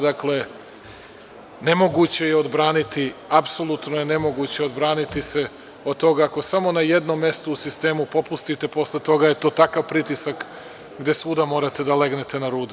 Dakle, nemoguće je odbraniti, apsolutno je nemoguće odbraniti se od toga, ako samo na jednom mestu u sistemu popustite, posle toga je to takav pritisak, gde svuda morate da legnete na rudu.